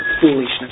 foolishness